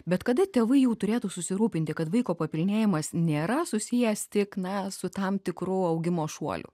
bet kada tėvai jau turėtų susirūpinti kad vaiko papilnėjimas nėra susijęs tik na su tam tikru augimo šuoliu